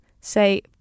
say